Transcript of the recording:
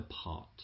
apart